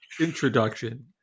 introduction